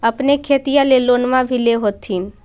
अपने खेतिया ले लोनमा भी ले होत्थिन?